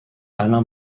alain